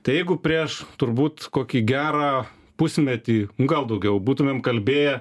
tai jeigu prieš turbūt kokį gerą pusmetį gal nu daugiau būtumėm kalbėję